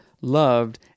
loved